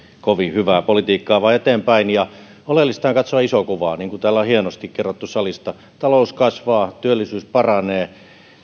kovin hyvää politiikkaa tulee katsoa eteenpäin oleellista on katsoa isoa kuvaa niin kuin täällä on hienosti kerrottu salista talous kasvaa työllisyys paranee